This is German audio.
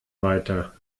weiter